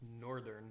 northern